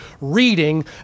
reading